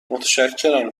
متشکرم